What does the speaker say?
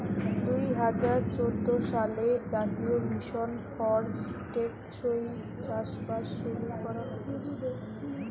দুই হাজার চোদ্দ সালে জাতীয় মিশন ফর টেকসই চাষবাস শুরু করা হতিছে